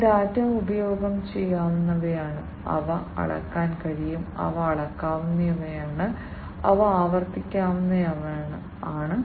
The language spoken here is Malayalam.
ഈ ഡാറ്റ ഉപഭോഗം ചെയ്യാവുന്നവയാണ് അവ അളക്കാൻ കഴിയും അവ അളക്കാവുന്നവയാണ് അവ ആവർത്തിക്കാവുന്നവയാണ്